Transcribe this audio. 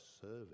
service